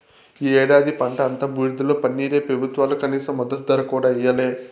ఈ ఏడాది పంట అంతా బూడిదలో పన్నీరే పెబుత్వాలు కనీస మద్దతు ధర కూడా ఇయ్యలే